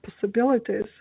possibilities